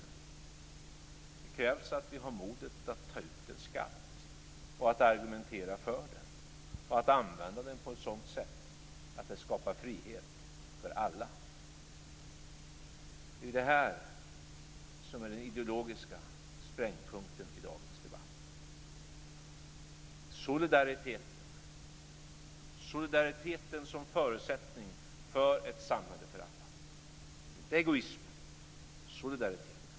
Det krävs att vi har modet att ta ut en skatt och att argumentera för den och använda den på ett sådant sätt att det skapar frihet för alla. Det är ju det här som är den ideologiska sprängpunkten i dagens debatt. Solidariteten är en förutsättning för ett samhälle för alla, inte egoismen.